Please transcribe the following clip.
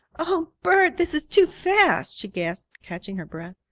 oh, bert, this is too fast! she gasped, catching her breath.